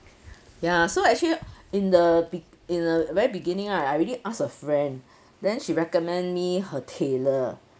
ya so actually in the be~ in the very beginning right I already ask a friend then she recommend me her tailor